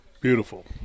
Beautiful